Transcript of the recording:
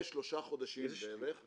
לשלושה חודשים בערך.